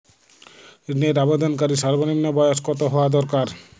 ঋণের আবেদনকারী সর্বনিন্ম বয়স কতো হওয়া দরকার?